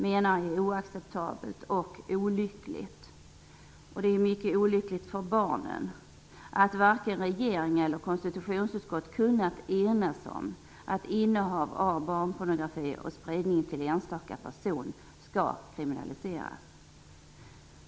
Detta är oacceptabelt; det tror jag att vi alla anser. Det är mycket olyckligt för barnen att man varken i regeringen eller i konstitutionsutskottet har kunnat enas om att innehav av barnpornografi och spridning till en enstaka person skall kriminaliseras.